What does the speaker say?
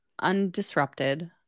undisrupted